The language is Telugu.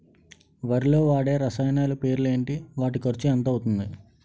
వరిలో వాడే రసాయనాలు పేర్లు ఏంటి? వాటి ఖర్చు ఎంత అవతుంది?